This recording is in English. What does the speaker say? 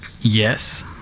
yes